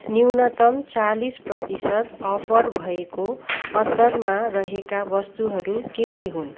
न्यूनतम चालिस प्रतिशत अफर भएको अत्तरमा रहेका वस्तुहरू के के हुन्